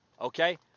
Okay